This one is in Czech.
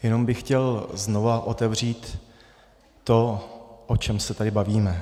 Jenom bych chtěl znovu otevřít to, o čem se tady bavíme.